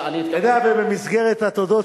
במסגרת התודות